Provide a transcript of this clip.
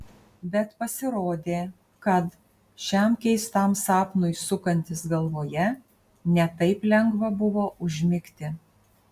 bet pasirodė kad šiam keistam sapnui sukantis galvoje ne taip lengva buvo užmigti